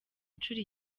inshuro